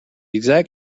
exact